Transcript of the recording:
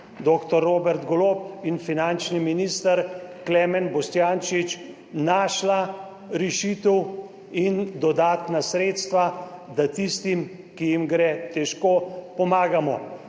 dr. Robert Golob in finančni minister Klemen Boštjančič našla rešitev in dodatna sredstva, da tistim, ki jim gre težko, pomagamo.